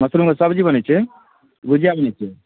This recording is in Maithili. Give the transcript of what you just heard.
मशरूमके सब्जी बनै छै भुजिआ बनै छै